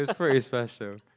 was pretty special.